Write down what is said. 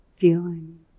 feeling